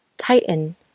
Tighten